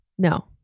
No